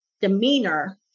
demeanor